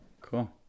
Cool